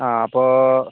ആ അപ്പോൾ